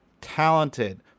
talented